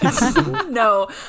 no